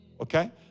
okay